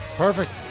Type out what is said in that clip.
Perfect